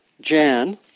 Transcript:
Jan